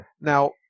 Now